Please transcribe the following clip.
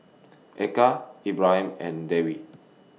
Eka Ibrahim and Dewi